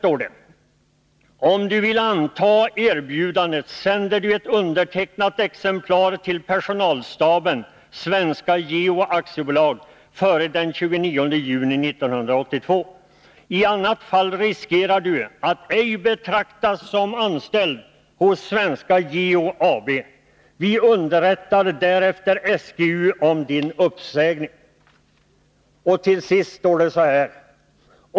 Om du vill anta erbjudandet sänder du ett undertecknat ex till Personalstaben, Sv Geo AB, före den 29 juni 1982. I annat fall riskerar du att ej betraktas som anställd hos Sv Geo AB. Vi underrättar därefter SGU om din uppsägning.